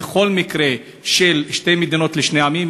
בכל מקרה של שתי מדינות לשני עמים,